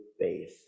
faith